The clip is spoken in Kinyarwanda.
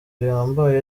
bihambaye